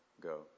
go